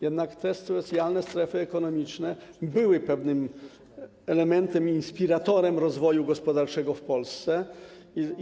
Jednak specjalne strefy ekonomiczne były pewnym elementem i inspiratorem rozwoju gospodarczego w Polsce.